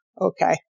okay